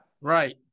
Right